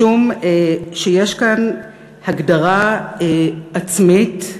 יש כאן הגדרה עצמית,